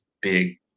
big